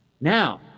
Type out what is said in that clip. Now